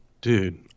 Dude